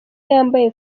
yambaye